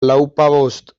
lauzpabost